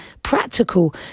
practical